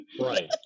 Right